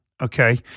Okay